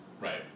right